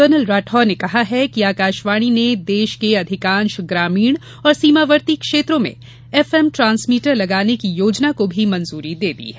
colonel Rathore ने यह भी कहा कि आकाशवाणी ने देश के अधिकांश ग्रामीण और सीमावर्ती क्षेत्रों में एफएम ट्रांसमीटर लगाने की योजना को भी मंजूरी दी है